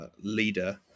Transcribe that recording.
leader